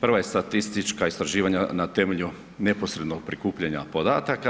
Prva je statistička istraživanja na temelju neposrednog prikupljanja podataka.